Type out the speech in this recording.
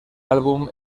álbum